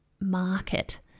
market